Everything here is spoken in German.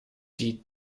die